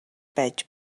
байж